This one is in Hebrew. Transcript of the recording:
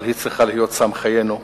אבל היא צריכה להיות סם חיינו.